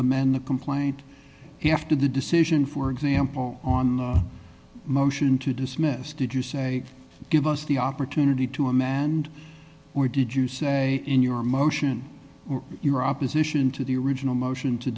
amend the complaint you have to the decision for example on the motion to dismiss did you say give us the opportunity to a manned or did you say in your motion your opposition to the original motion to